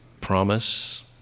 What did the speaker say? Promise